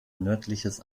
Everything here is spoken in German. nördliches